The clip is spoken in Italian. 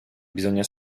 bisogna